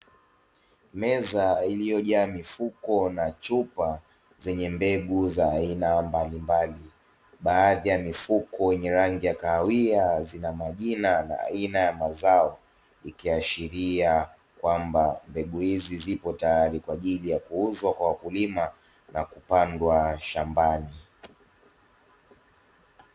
Meza iliyojaa vitu vingi kama vile vinywaji na matunda mbalimbali